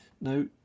Now